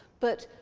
but,